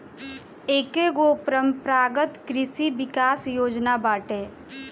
एकेगो परम्परागत कृषि विकास योजना बाटे